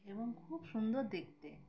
এবং খুব সুন্দর দেখতে